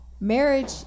marriage